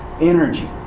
Energy